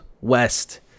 west